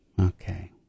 Okay